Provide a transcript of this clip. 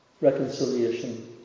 reconciliation